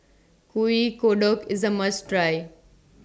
Kuih Kodok IS A must Try